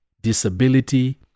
disability